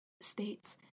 states